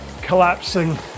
collapsing